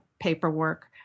paperwork